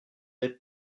êtes